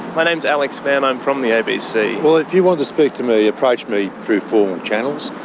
my name's alex mann, i'm from the abc. well if you want to speak to me, approach me through formal channels.